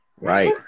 Right